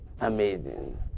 Amazing